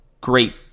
great